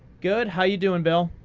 good. how you doing, bill?